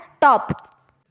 top